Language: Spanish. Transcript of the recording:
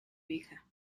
hija